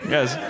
Yes